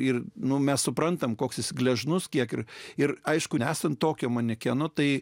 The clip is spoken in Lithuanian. ir nu mes suprantame koks jis gležnus kiek ir ir aišku nesant tokio manekenų tai